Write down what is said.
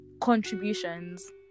contributions